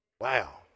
Wow